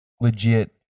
legit